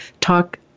Talk